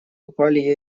упали